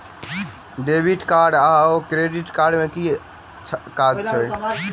Debit card आओर credit card केँ की काज छैक?